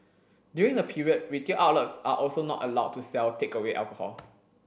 during the period retail outlets are also not allowed to sell takeaway alcohol